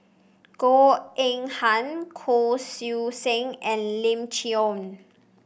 Goh Eng Han Kuo Sui Sen and Lim Chee Onn